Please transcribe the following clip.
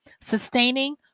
sustaining